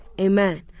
Amen